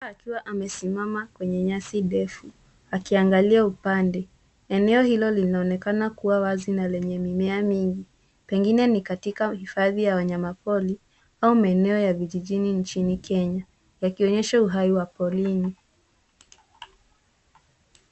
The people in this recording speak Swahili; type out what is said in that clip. Akiwa amesimama kwenye nyasi ndefu, akiwa haangalii moja kwa moja mbele bali upande fulani. Eneo hilo linaonekana kuwa wazi na lina mimea mingi, linaweza kuwa sehemu ya mbuga au hifadhi ya wanyama pori nchini Kenya. Inaonekana kama ni sehemu ya uangalizi au kuonyesha uhai wa wanyamapori katika mazingira ya asili.